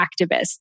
activists